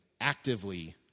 actively